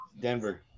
Denver